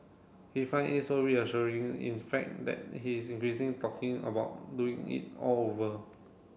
he find it so reassuring in fact that he is increasing talking about doing it all over